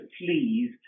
please